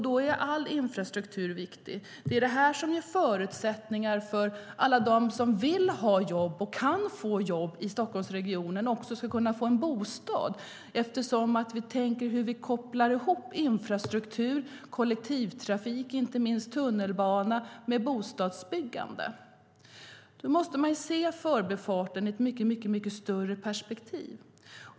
Då är all infrastruktur viktig. Det är det som ger förutsättningar för att alla som vill ha jobb och kan få jobb i Stockholmsregionen också ska kunna få en bostad. Vi tänker att vi kopplar ihop infrastruktur, kollektivtrafik, inte minst tunnelbana, med bostadsbyggande. Då måste man se förbifarten i ett mycket större perspektiv.